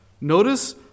Notice